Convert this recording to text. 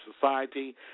society